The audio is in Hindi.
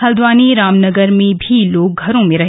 हल्द्वानी रामनगर में भी लोग घरों में रहे